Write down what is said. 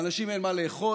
לאנשים אין מה לאכול,